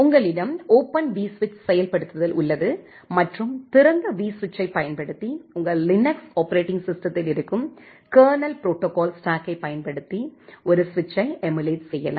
உங்களிடம் ஓபன் விஸ்விட்ச் செயல்படுத்தல் உள்ளது மற்றும் திறந்த விஸ்விட்ச்ஐப் பயன்படுத்தி உங்கள் லினக்ஸ் ஆப்பரேட்டிங் சிஸ்டத்தில் இருக்கும் கர்னல் ப்ரோடோகால் ஸ்டாக்கைப் பயன்படுத்தி ஒரு சுவிட்சைப் எமுலேட் செய்யலாம்